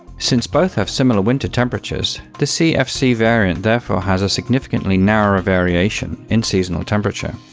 since both have similar winter temperatures, the cfc variant therefore has a significantly narrower variation in seasonal temperature.